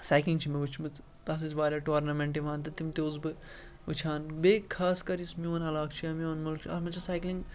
cycling چھِ مےٚ وٕچھمٕژ تَتھ ٲسۍ واریاہ ٹارنَمٮ۪نٛٹ یِوان تہٕ تِم تہِ اوسُس بہٕ وٕچھان بیٚیہِ خاص کَر یُس میون علاقہٕ چھِ یا میون مٕلک چھِ اَتھ منٛز چھِ سایکلِنٛگ